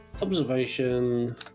Observation